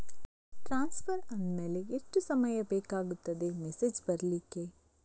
Transfer ಆದ್ಮೇಲೆ ಎಷ್ಟು ಸಮಯ ಬೇಕಾಗುತ್ತದೆ ಮೆಸೇಜ್ ಬರ್ಲಿಕ್ಕೆ?